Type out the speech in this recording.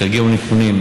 כשיגיעו נתונים,